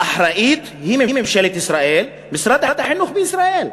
האחראית היא ממשלת ישראל, משרד החינוך בישראל.